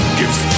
gives